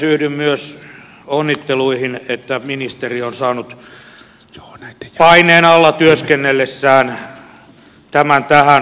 yhdyn myös onnitteluihin että ministeri on saanut paineen alla työskennellessään tämän tähän vaiheeseen